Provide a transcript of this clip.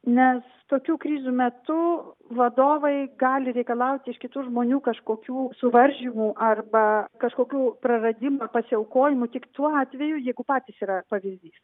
nes tokių krizių metu vadovai gali reikalauti iš kitų žmonių kažkokių suvaržymų arba kažkokių praradimų pasiaukojimų tik tuo atveju jeigu patys yra pavyzdys